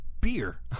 beer